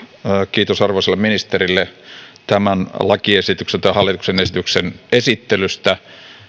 kiitos arvoisalle ministerille tämän hallituksen esityksen esittelystä